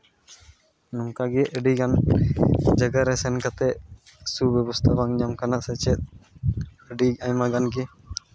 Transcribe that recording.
ᱱᱚᱝᱠᱟ ᱜᱮ ᱟᱹᱰᱤ ᱜᱟᱱ ᱡᱟᱭᱜᱟ ᱨᱮ ᱥᱮᱱ ᱠᱟᱛᱮ ᱥᱩᱵᱮᱵᱥᱛᱷᱥᱟ ᱵᱟᱝ ᱧᱟᱢ ᱠᱟᱱᱟ ᱥᱮ ᱪᱮᱫ ᱟᱹᱰᱤ ᱟᱭᱢᱟ ᱜᱟᱱ ᱜᱮ